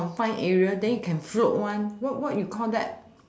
confined area then you can float one what what you call that